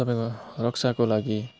तपाईँको रक्षाको लागि